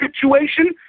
situation